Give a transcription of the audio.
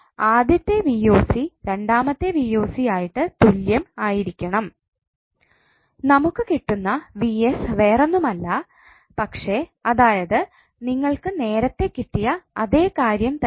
ആദ്യത്തെ രണ്ടാമത്തെ ആയിട്ട് തുല്യം ആയിരിക്കണം നമുക്ക് കിട്ടുന്ന വേറൊന്നുമല്ല പക്ഷേ അതായത് നിങ്ങൾക്ക് നേരത്തെ കിട്ടിയ അതേ കാര്യം തന്നെ